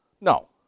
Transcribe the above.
no